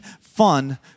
fun